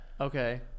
Okay